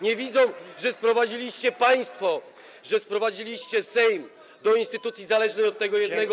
nie widzą, że sprowadziliście państwo... że sprowadziliście Sejm do roli instytucji zależnej od tego jednego człowieka?